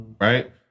right